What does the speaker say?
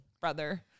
brother